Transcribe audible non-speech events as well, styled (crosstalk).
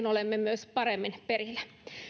(unintelligible) olemme myös paremmin perillä